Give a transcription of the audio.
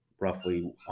roughly